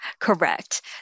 Correct